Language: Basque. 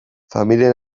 familien